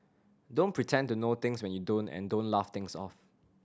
don't pretend to know things when you don't and don't laugh things off